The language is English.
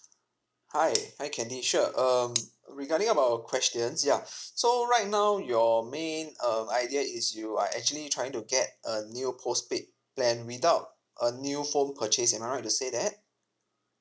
hi hi candy sure um regarding about our questions ya so right now your main uh idea is you are actually trying to get a new postpaid plan without a new phone purchase am I right to say that